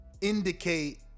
indicate